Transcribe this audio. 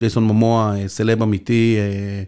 ג'ייסון מומואה סלב אמיתי